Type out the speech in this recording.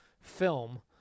film